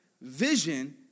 vision